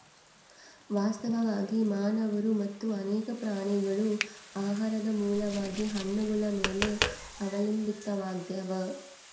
ವಾಸ್ತವವಾಗಿ ಮಾನವರು ಮತ್ತು ಅನೇಕ ಪ್ರಾಣಿಗಳು ಆಹಾರದ ಮೂಲವಾಗಿ ಹಣ್ಣುಗಳ ಮೇಲೆ ಅವಲಂಬಿತಾವಾಗ್ಯಾವ